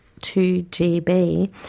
2GB